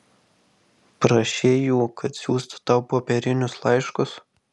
prašei jų kad siųstų tau popierinius laiškus